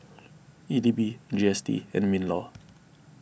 E D B G S T and MinLaw